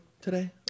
today